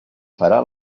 farà